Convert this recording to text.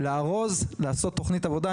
לארוז ולעשות תכנית עבודה,